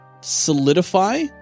solidify